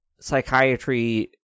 psychiatry